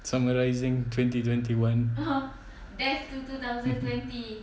summarising twenty twenty one mm